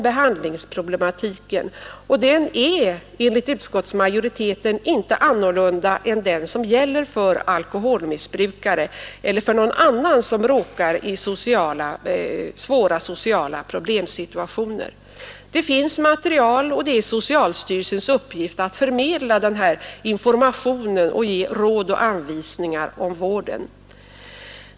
Behandlingsproblematiken är enligt utskottsmajoriteten inte annorlunda än den som gäller för alkoholmissbrukare eller för någon annan som råkat i svåra sociala problemsituationer. Material av olika slag finns, och det är socialstyrelsens uppgift att förmedla information och att ge råd och anvisningar om vården.